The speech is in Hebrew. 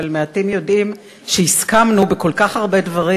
אבל מעטים יודעים שהסכמנו בכל כך הרבה דברים,